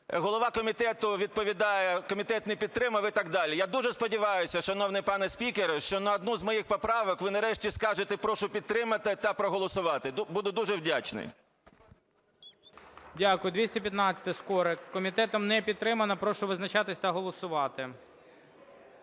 Голова комітету відповідає: "Комітет не підтримав", - і так далі. Я дуже сподіваюсь, шановний пане спікер, що на одну з моїх поправок ви, нарешті, скажете "прошу підтримати та проголосувати". Буду дуже вдячний. ГОЛОВУЮЧИЙ. Дякую. 215-а, Скорик. Комітетом не підтримана. Прошу визначатись та голосувати.